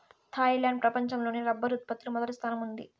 Thailand ప్రపంచం లోనే rubber ఉత్పత్తి లో మొదటి స్థానంలో ఉంది